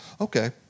okay